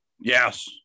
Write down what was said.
Yes